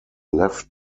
left